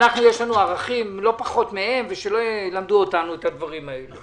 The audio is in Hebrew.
לנו יש ערכים לא פחות מהם ושלא ילמדו אותנו את הדברים הללו.